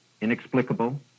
inexplicable